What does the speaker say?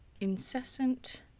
incessant